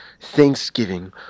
Thanksgiving